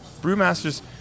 Brewmasters